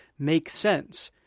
make sense.